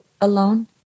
alone